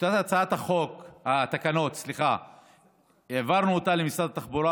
את טיוטת התקנות העברנו למשרד התחבורה,